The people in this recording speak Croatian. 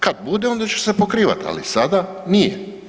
Kad bude onda će se pokrivati, ali sada nije.